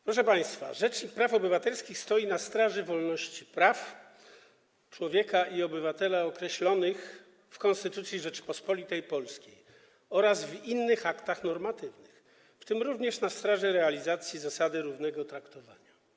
Proszę państwa, rzecznik praw obywatelskich stoi na straży wolności praw człowieka i obywatela określonych w Konstytucji Rzeczypospolitej Polskiej oraz w innych aktach normatywnych, w tym również na straży realizacji zasady równego traktowania.